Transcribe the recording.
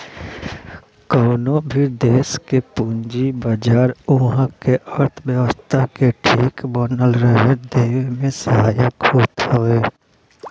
कवनो भी देस के पूंजी बाजार उहा के अर्थव्यवस्था के ठीक बनल रहे देवे में सहायक होत हवे